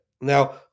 Now